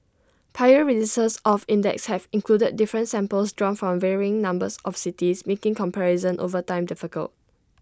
prior releases of the index have included different samples drawn from varying numbers of cities making comparison over time difficult